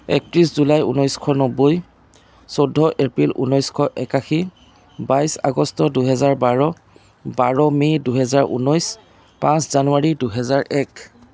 একত্ৰিছ জুলাই ঊনৈছশ নব্বৈ চৈধ্য এপ্ৰিল ঊনৈছশ একাশী বাইছ আগষ্ট দুহেজাৰ বাৰ বাৰ মে' দুহেজাৰ ঊনৈছ পাঁচ জানুৱাৰী দুহেজাৰ এক